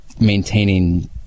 maintaining